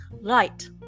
Light*